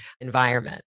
environment